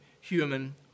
human